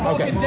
Okay